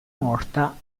morta